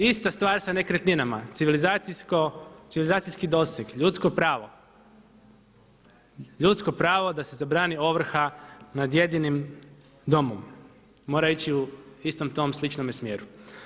Ista stvar sa nekretninama, civilizacijski doseg, ljudsko pravo, ljudsko pravo da se zabrani ovrha nad jedinim domom, mora ići u istom tom sličnome smjeru.